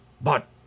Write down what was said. But